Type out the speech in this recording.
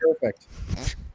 Perfect